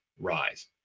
rise